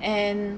and